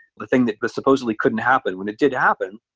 the thing that supposedly couldn't happen, when it did happen,